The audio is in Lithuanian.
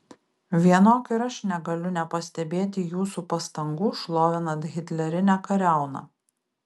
vienok ir aš negaliu nepastebėti jūsų pastangų šlovinant hitlerinę kariauną